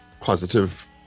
positive